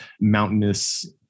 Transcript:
mountainous